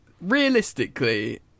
Realistically